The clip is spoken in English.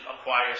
acquire